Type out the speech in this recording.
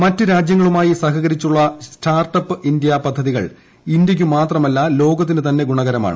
മറ്റ് രാജ്യങ്ങളുമായി സഹകരിച്ചുള്ള സ്റ്റാർട്ടപ്പ് ഇന്ത്യ പദ്ധതികൾ ഇന്ത്യയ്ക്കു മാത്രമല്ല ലോകത്തിനു തന്നെ ഗുണകരമാണ്